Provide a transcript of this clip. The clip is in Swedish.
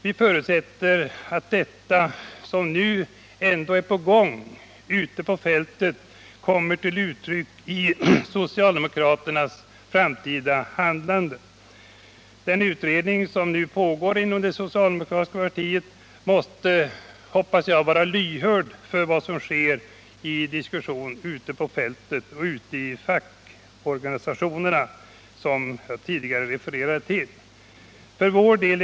Vi förutsätter att det som nu ändå sker ute på fältet kommer till uttryck i 15 socialdemokraternas framtida handlande. Den utredning som nu pågår inom det socialdemokratiska partiet måste, hoppas jag, vara lyhörd för diskussionerna ute på fältet och i fackorganisationerna, som jag tidigare refererade till.